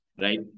right